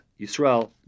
Yisrael